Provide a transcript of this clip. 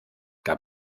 gab